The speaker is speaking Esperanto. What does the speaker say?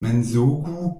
mensogu